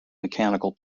mechanical